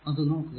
അത് നോക്കുക